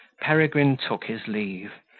peregrine took his leave,